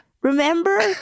Remember